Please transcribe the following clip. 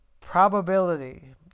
probability